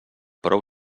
prou